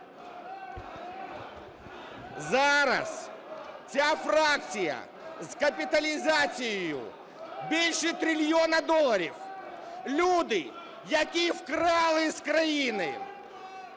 Зараз ця фракція з капіталізацією більше трильйона доларів, люди, які вкрали з країни,